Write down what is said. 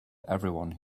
everyone